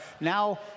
now